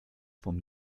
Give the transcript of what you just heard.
vom